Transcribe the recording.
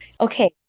okay